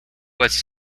was